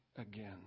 again